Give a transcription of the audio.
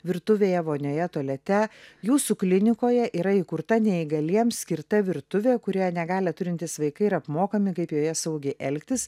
virtuvėje vonioje tualete jūsų klinikoje yra įkurta neįgaliems skirta virtuvė kurioje negalią turintys vaikai yra apmokomi kaip joje saugiai elgtis